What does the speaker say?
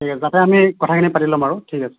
ঠিক আছে যাতে আমি কথা খিনি পাতি ল'ম আৰু ঠিক আছে